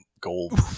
gold